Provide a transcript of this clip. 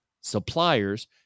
suppliers